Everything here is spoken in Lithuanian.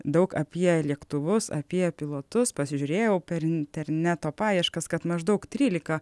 daug apie lėktuvus apie pilotus pasižiūrėjau per interneto paieškas kad maždaug trylika